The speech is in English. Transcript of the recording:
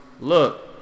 look